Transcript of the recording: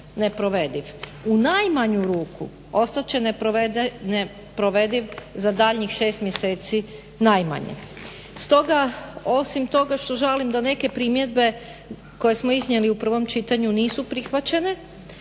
U najmanju ruku ostat će neprovediv za daljnjih 6 mjeseci najmanje. Stoga, osim toga što žalim da neke primjedbe koje smo iznijeli u prvom čitanju nisu prihvaćene